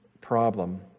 problem